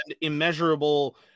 immeasurable